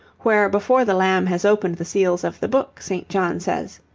where before the lamb has opened the seals of the book, st. john says